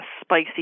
spicy